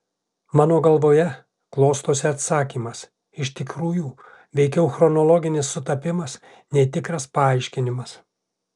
mano galvoje klostosi atsakymas iš tikrųjų veikiau chronologinis sutapimas nei tikras paaiškinimas